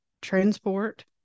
transport